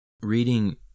reading